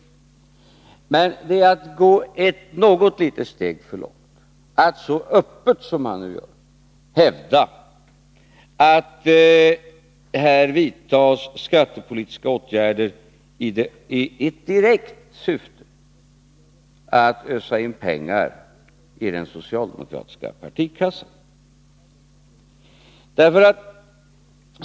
Men det är att gå något steg för långt att så öppet som man nu gör hävda att här vidtas skattepolitiska åtgärder i direkt syfte att ösa in pengar i den socialdemokratiska partikassan.